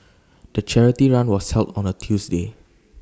the charity run was held on A Tuesday